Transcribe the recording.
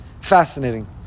Fascinating